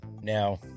now